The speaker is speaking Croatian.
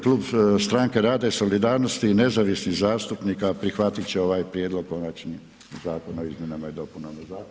Klub Stranke rada i solidarnosti i nezavisnih zastupnika prihvatiti će ovaj Prijedlog konačni Zakona o izmjenama i dopunama Zakona.